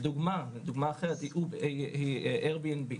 דוגמה אחרת היא Airbnb.